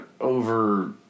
over